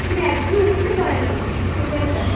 মানে একদমই উঠতে পারে না পেশেন্টটা